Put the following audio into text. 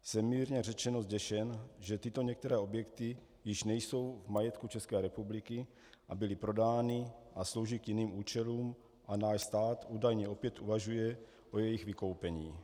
Jsem, mírně řečeno, zděšen, že některé tyto objekty již nejsou v majetku České republiky a byly prodány a slouží k jiným účelům a náš stát údajně opět uvažuje o jejich vykoupení.